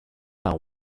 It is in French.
par